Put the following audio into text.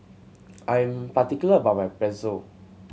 I'm particular about my Pretzel